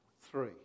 three